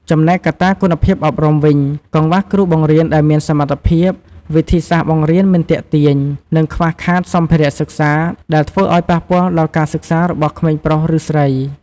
ចំណែកកត្តាគុណភាពអប់រំវិញគឺ កង្វះគ្រូបង្រៀនដែលមានសមត្ថភាព វិធីសាស្រ្តបង្រៀនមិនទាក់ទាញ និងខ្វះខាតសម្ភារៈសិក្សា ដែលធ្វើឲ្យប៉ះពាល់ដល់ការសិក្សារបស់ក្មេងប្រុសឫស្រី។